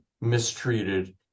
mistreated